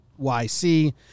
YC